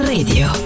Radio